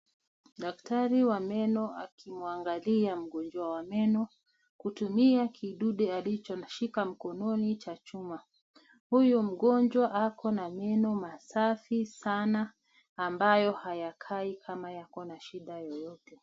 Daktari wa meno akimwangalia mgonjwa wa meno kutumia kidude alichoshika mkononi cha chuma. Huyu mgonjwa ako na meno masafi sana ambayo hayakai kama yana shida yoyote.